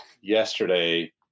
yesterday